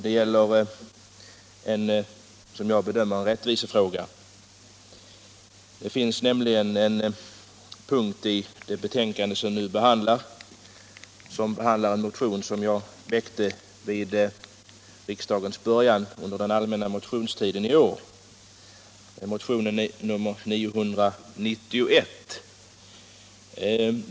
Det gäller, som jag bedömer det, en rättvisefråga. Det finns nämligen en punkt i det betänkande som nu behandlas som tar upp en motion jag vid riksdagens början väckte under den allmänna motionstiden i år, 1975/76:991.